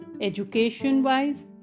education-wise